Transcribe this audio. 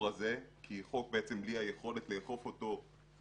הזה כי חוק בעצם בלי היכולת לאכוף אותו,